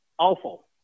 Awful